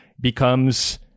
becomes